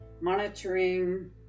monitoring